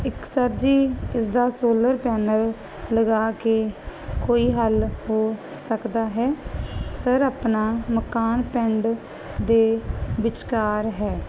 ਇਕ ਸਰ ਜੀ ਇਸ ਦਾ ਸੋਲਰ ਪੈਨਲ ਲਗਾ ਕੇ ਕੋਈ ਹੱਲ ਹੋ ਸਕਦਾ ਹੈ ਸਰ ਆਪਣਾ ਮਕਾਨ ਪਿੰਡ ਦੇ ਵਿਚਕਾਰ ਹੈ